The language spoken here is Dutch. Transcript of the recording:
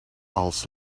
als